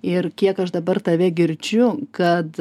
ir kiek aš dabar tave girdžiu kad